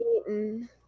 eaten